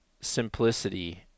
simplicity